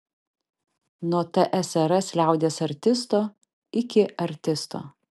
nuo tsrs liaudies artisto iki artisto